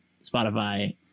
Spotify